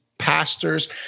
pastors